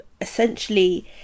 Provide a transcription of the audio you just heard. essentially